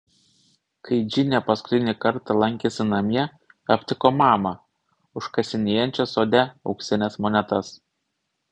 kai džinė paskutinį kartą lankėsi namie aptiko mamą užkasinėjančią sode auksines monetas